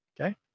Okay